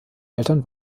eltern